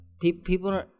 people